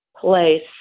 place